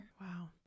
Wow